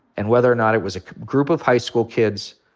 and whether or not it was a group of high school kids,